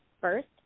first